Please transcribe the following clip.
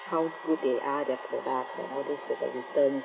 how good they are their products and what is their returns